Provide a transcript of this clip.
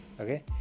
okay